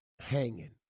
Hanging